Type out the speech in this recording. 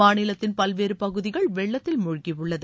மாநிலத்தின் பல்வேறு பகுதிகள் வெள்ளத்தில் மூழ்கியுள்ளது